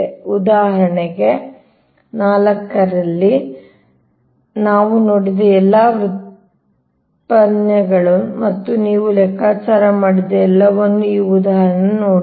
ಆದ್ದರಿಂದ ಉದಾಹರಣೆ 4 ಆದ್ದರಿಂದ ನಾವು ನೋಡಿದ ಎಲ್ಲಾ ವ್ಯುತ್ಪನ್ನಗಳು ಮತ್ತು ನೀವು ಲೆಕ್ಕಾಚಾರ ಮಾಡಿದ ಎಲ್ಲವನ್ನೂ ಈಗ ಈ ಉದಾಹರಣೆಯನ್ನು ನೋಡಿ